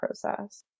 process